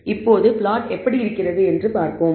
இப்போது பிளாட் எப்படி இருக்கிறது என்று பார்ப்போம்